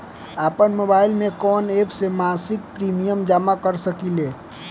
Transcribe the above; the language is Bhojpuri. आपनमोबाइल में कवन एप से मासिक प्रिमियम जमा कर सकिले?